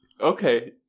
okay